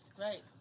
right